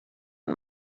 und